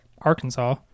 arkansas